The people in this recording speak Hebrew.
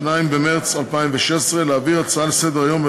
2 במרס 2016, להעביר הצעה לסדר-היום של